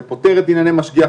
זה פותר את ענייני משגיח-מושגח,